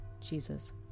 Jesus